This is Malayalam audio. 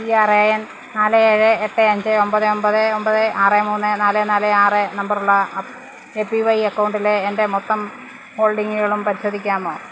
പി ആർ എ എൻ നാല് ഏഴ് എട്ട് അഞ്ച് ഒൻപത് ഒൻപത് ഒൻപത് ആറ് മൂന്ന് നാല് നാല് ആറ് നമ്പറുള്ള അപ്പ് എ പി വൈ അക്കൌണ്ടിലെ എൻ്റെ മൊത്തം ഹോൾഡിംഗുകളും പരിശോധിക്കാമോ